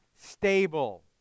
stable